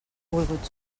volgut